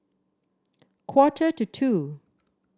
quarter to two